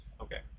okay